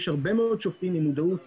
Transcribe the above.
יש הרבה מאוד שופטים עם מודעות